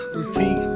repeat